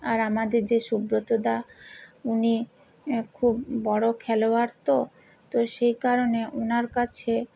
আর আমাদের যে সুব্রতদা উনি খুব বড়ো খেলোয়াড় তো তো সেই কারণে ওনার কাছে